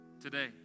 today